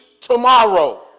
tomorrow